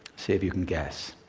see if you can guess.